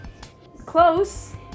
Close